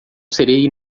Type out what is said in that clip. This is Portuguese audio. serei